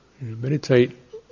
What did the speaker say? Meditate